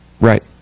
Right